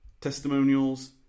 Testimonials